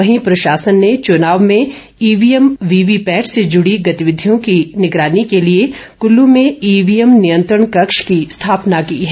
वहीं प्रशासन ने चुनाव में ईवीएम वीवी पैट से जुड़ी गतिविधियों की निगरानी के लिए कुल्लू में ईवी एम नियंत्रण कक्ष की स्थापना की है